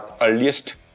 earliest